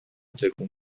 تکون